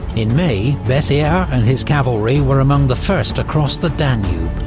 in may, bessieres and his cavalry were among the first across the danube,